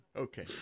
Okay